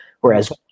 Whereas